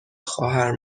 خواهر